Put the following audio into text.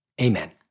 Amen